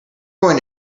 going